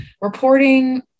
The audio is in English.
reporting